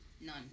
none